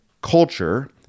culture